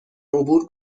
عبور